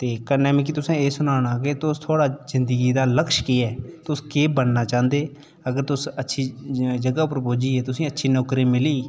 कन्ने तुसें मिगी एह् सुनाना तुस थुआढ़ा जिंदगी दा लक्ष्य केह् ऐ केह् बनना चाह्ंदे अगर तुस अच्छी जगह् उप्पर पुज्जियै तुसें गी अच्छी नौकरी मिली कोई बड़ी नौकरी मिली